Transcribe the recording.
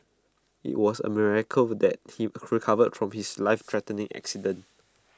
IT was A miracle that he recovered from his lifethreatening accident